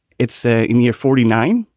it's say in year forty nine.